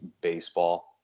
Baseball